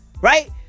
Right